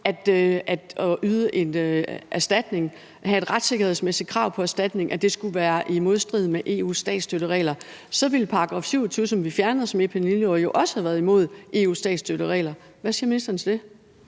at det at have et retssikkerhedsmæssigt krav på erstatning skulle være i modstrid med EU's statsstøtteregler. Så ville § 27, som vi fjernede fra epidemiloven, jo også have været imod EU's statsstøtteregler. Hvad siger ministeren til det?